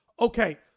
okay